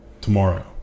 tomorrow